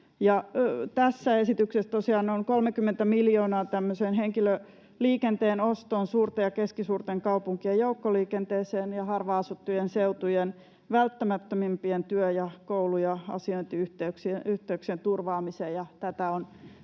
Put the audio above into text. Tässä esityksessä tosiaan on 30 miljoonaa tämmöiseen henkilöliikenteen ostoon suurten ja keskisuurten kaupunkien joukkoliikenteeseen ja harvaan asuttujen seutujen välttämättömimpien työ- ja koulu- ja asiointiyhteyksien turvaamiseen,